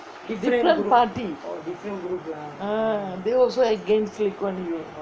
different party ah they also against lee kuan yew